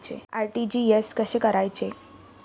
RTGS कसे करायचे?